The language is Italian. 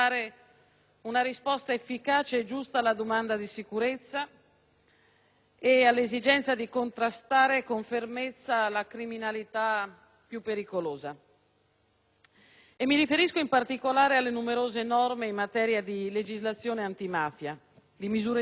e all'esigenza di contrastare con fermezza la criminalità più pericolosa. Mi riferisco, in particolare, alle numerose norme in materia di legislazione antimafia, di misure di prevenzione, di aggressione ai patrimoni della criminalità organizzata.